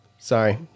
Sorry